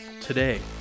Today